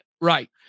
right